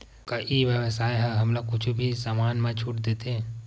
का ई व्यवसाय ह हमला कुछु भी समान मा छुट देथे?